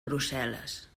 brussel·les